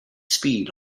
speed